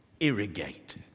irrigate